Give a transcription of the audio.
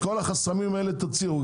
את כל החסמים החלו תוציאו.